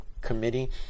Committee